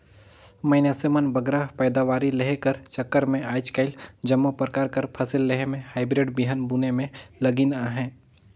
मइनसे मन बगरा पएदावारी लेहे कर चक्कर में आएज काएल जम्मो परकार कर फसिल लेहे में हाईब्रिड बीहन बुने में लगिन अहें